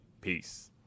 Peace